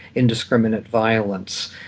indiscriminate violence,